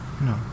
No